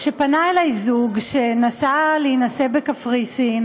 כשפנה אלי זוג שנסע להינשא בקפריסין